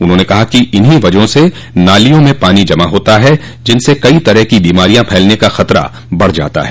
उन्होंने कहा कि इनकी वजह से नालियों में पानी जमा होता है जिससे कई तरह की बीमारियां फैलने का खतरा बढ़ जाता है